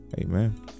Amen